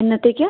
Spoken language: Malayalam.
എന്നത്തേക്കാണ്